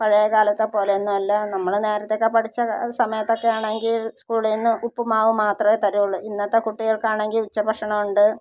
പഴയകാലത്തെ പോലെ ഒന്നുമല്ല നമ്മൾ നേരത്തെ പഠിച്ച സമയത്തൊക്കെ ആണെങ്കിൽ സ്കൂളിന്ന് ഉപ്പുമാവ് മാത്രമേ തരുള്ളൂ ഇന്നത്തെ കുട്ടികൾക്കാണെങ്കിൽ ഉച്ചഭക്ഷണം ഉണ്ട്